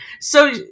So-